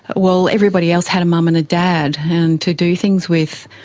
well, everybody else had a mum and a dad and to do things with,